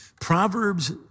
Proverbs